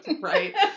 Right